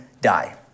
die